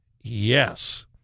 Yes